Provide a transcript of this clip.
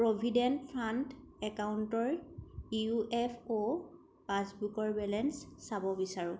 provident fund একাউণ্টৰ ইউ এফ অ' পাছবুকৰ বেলেঞ্চ চাব বিচাৰোঁ